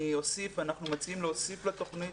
אנחנו מציעים להוסיף לתוכנית